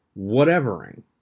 whatevering